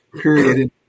period